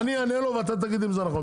אני אענה לו ואתה תגיד אם זה נכון,